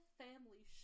family